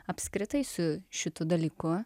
apskritai su šitu dalyku